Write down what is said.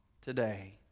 today